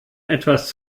etwas